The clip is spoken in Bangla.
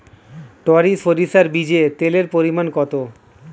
টরি সরিষার বীজে তেলের পরিমাণ কত?